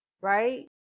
right